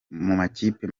makipe